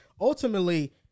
Ultimately